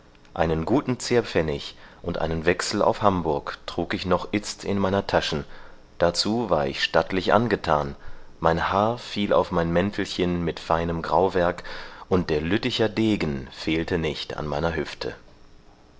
einen guten zehrpfennig und einen wechsel auf hamburg trug ich noch itzt in meiner taschen dazu war ich stattlich angethan mein haar fiel auf mein mäntelchen mit feinem grauwerk und der lütticher degen fehlte nicht an meiner hüfte